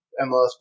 MLS